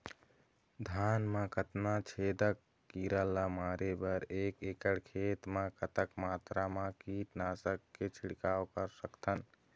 धान मा कतना छेदक कीरा ला मारे बर एक एकड़ खेत मा कतक मात्रा मा कीट नासक के छिड़काव कर सकथन?